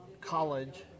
college